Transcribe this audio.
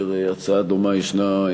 כאשר הצעה דומה ישנה,